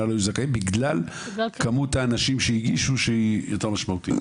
לא היו זכאים בגלל מספר האנשים שהגישו שהיא יותר גדולה.